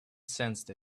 sensed